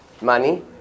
Money